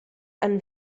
han